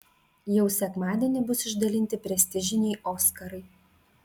jau sekmadienį bus išdalinti prestižiniai oskarai